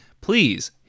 please